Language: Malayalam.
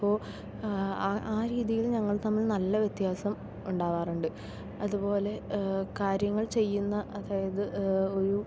അപ്പോൾ ആ ആ രീതിയിൽ ഞങ്ങൾ തമ്മിൽ നല്ല വ്യത്യാസം ഉണ്ടാവാറുണ്ട് അതുപോലെ കാര്യങ്ങൾ ചെയ്യുന്ന അതായത് ഒരു